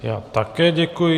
Já také děkuji.